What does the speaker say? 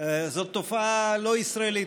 זאת תופעה לא ישראלית.